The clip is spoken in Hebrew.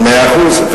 מאה אחוז.